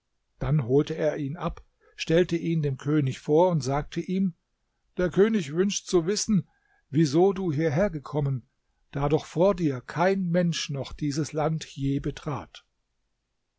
dann holte er ihn ab stellte ihn dem könig vor und sagte ihm der könig wünscht zu wissen wieso du hierher gekommen da doch vor dir kein mensch noch dieses land je betrat